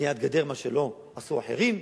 בבניית גדר, מה שלא עשו אחרים,